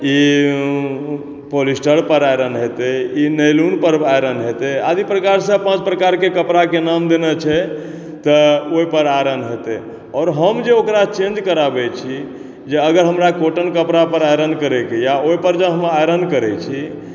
ई polyester पर iron हेतै ई नयलून पर आइरन हेतै आदि प्रकार सॅं पाँच प्रकार के कपड़ा के नाम देने छै तऽ ओहि पर आइरन हेतै आओर हम जे ओकरा चेंज कराबै छी जे अगर हमरा कॉटन कपड़ा पर आइरन करय के यऽ ओहि पर जँ हम आइरन करै छी